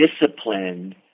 discipline